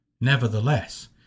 Nevertheless